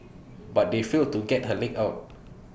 but they failed to get her leg out